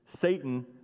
Satan